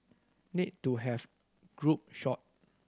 need to have group shot